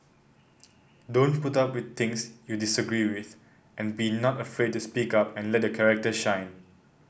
don't put up with things you disagree with and be not afraid to speak up and let your character shine